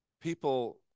people